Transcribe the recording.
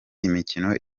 imikino